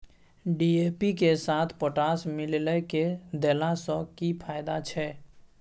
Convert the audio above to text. DAP के साथ potash मिललय के देला स की फायदा छैय?